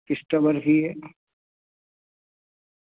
پستہ برفی ہے